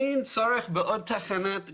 אין צורך בעוד תחנת גז,